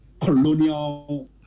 colonial